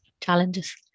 challenges